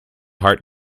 heart